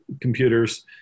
computers